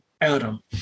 Adam